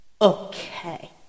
okay